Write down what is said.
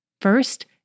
First